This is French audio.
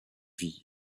vie